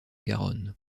garonne